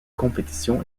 compétition